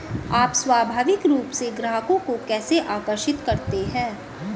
आप स्वाभाविक रूप से ग्राहकों को कैसे आकर्षित करते हैं?